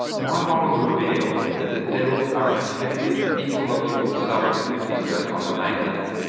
my models reveal that devils are an effective ecological surrogate for dingoes on the mainland.